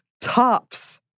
tops